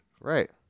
right